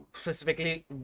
specifically